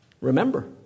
Remember